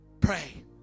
Pray